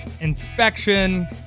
inspection